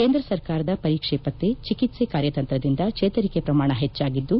ಕೇಂದ್ರ ಸರ್ಕಾರದ ಪರೀಕ್ಷೆ ಪತ್ತೆ ಚಿಕಿತ್ಸೆ ಕಾರ್ಯತಂತ್ರದಿಂದ ಚೇತರಿಕೆ ಪ್ರಮಾಣ ಹೆಚ್ಚಾಗಿದ್ದು